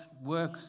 work